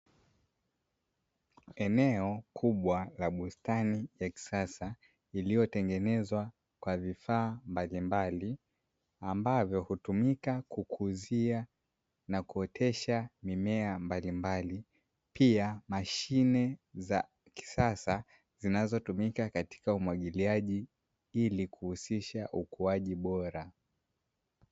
Eneo kubwa la bustani ya kisasa iliyotengenezwa kwa vifaa mbalimbali, ambavyo hutumika kukuzia na kuotesha mimea mbalimbali. Pia mashine za kisasa zinazotumika katika umwagiliaji ili kuhusisha ukuaji bora.